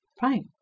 Fine